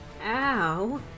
Ow